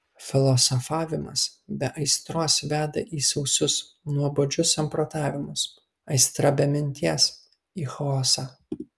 filosofavimas be aistros veda į sausus nuobodžius samprotavimus aistra be minties į chaosą